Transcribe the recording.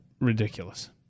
ridiculous